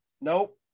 Nope